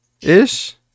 ish